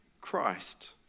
Christ